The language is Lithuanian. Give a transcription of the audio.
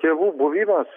tėvų buvimas